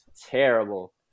terrible